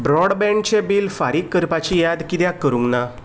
ब्रॉडबँडचें bill फारीक करपाची याद कित्याक करूंक ना